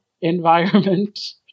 environment